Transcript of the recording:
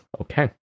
Okay